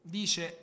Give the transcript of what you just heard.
dice